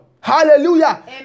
Hallelujah